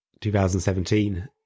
2017